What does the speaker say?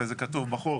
וזה כתוב בחוק,